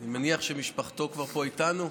אני מניח שמשפחתו כבר פה איתנו.